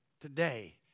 Today